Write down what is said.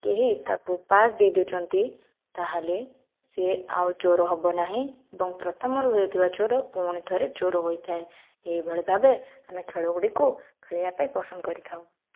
କେହି ତାକୁ ପାସ୍ ଦେଇ ଦେଉଛନ୍ତି ତା ହେଲେ ସେ ଆଉ ଚୋର ହେବ ନାହିଁ ଏବଂ ପ୍ରଥମରୁ ହୋଇଥିବା ଚୋର ପୁଣିଥରେ ଚୋର ହୋଇଥାଏ ଏହିଭଳି ଭାବେ ଆମେ ଖେଳଗୁଡ଼ିକୁ ଖେଳିବା ପାଇଁ ପସନ୍ଦ କରିଥାଉ